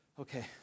Okay